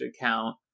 account